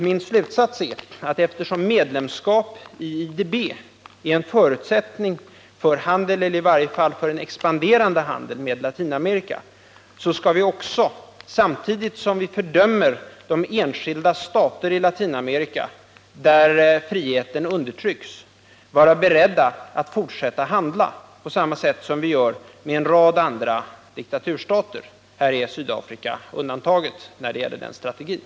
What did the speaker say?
Min slutsats är att eftersom medlemskap i IDB är en förutsättning för handel, eller i varje fall för en expanderande handel, med Latinamerika skall vi också — samtidigt som vi fördömer de enskilda stater i Latinamerika där friheten undertrycks — vara beredda att fortsätta handla på samma sätt som vi gör med en rad andra diktaturstater. Sydafrika är undantaget när det gäller den strategin.